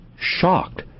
shocked